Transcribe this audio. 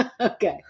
Okay